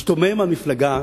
משתומם על המפלגה